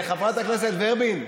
חברת הכנסת ורבין,